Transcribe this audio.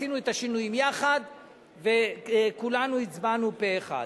עשינו את השינויים יחד וכולנו הצבענו פה-אחד.